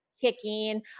kicking